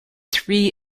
three